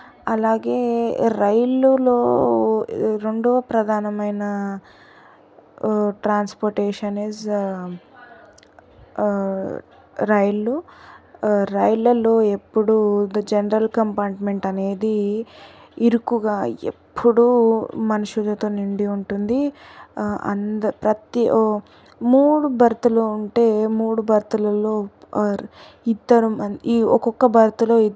అలాగే రైలులో రెండోవ ప్రధానమైన ట్రాన్స్పోర్టేషన్స్ రైలు రైళ్లలో ఎప్పుడూ ఒక జనరల్ కంపార్ట్మెంట్ అనేది ఇరుకుగా ఎప్పుడూ మనుషులతో నిండి ఉంటుంది అందరూ ప్రతి ఒక మూడు బెర్తులు ఉంటే మూడు బర్థులలో ఇద్దరూ ఒక్కొక్క బత్తులో